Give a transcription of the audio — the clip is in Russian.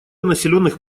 населенных